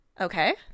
Okay